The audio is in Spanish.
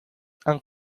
han